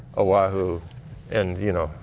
oahu and you know,